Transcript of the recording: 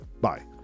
Bye